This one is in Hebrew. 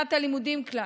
שנת הלימודים כלל?